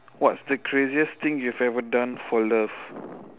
what is the craziest thing you have ever done for love